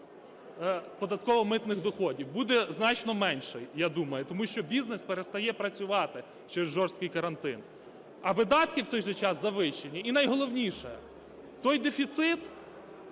податково-митних доходів, буде значно менше, я думаю, тому що бізнес перестає працювати через жорсткий карантин. А видатки в той же час завищені. І найголовніше. Той дефіцит